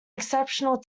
exceptional